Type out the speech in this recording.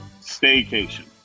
staycation